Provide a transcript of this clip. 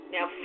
Now